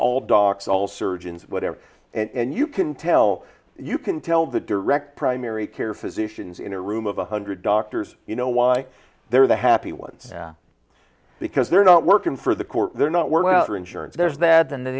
all docs all surgeons whatever and you can tell you can tell the direct primary care physicians in a room of one hundred doctors you know why they're the happy ones because they're not working for the corps they're not worked out or insurance there's that and